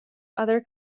other